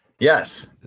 Yes